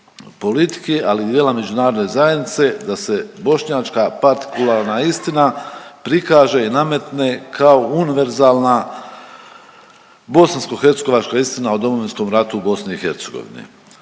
politike, ali i djela međunarodne zajednice da se bošnjačka partikularna istina prikaže i nametne kao univerzalna bosansko-hercegovačka istina o Domovinskom ratu u BiH.